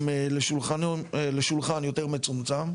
הם לשולחן יותר מצומצם,